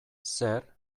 zer